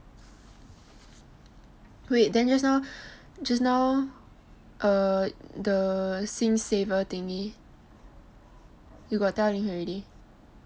wait then just now just now err the err sing saver thingy you got tell finish already